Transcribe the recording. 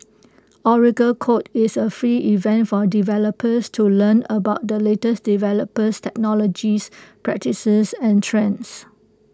Oracle code is A free event for developers to learn about the latest developers technologies practices and trends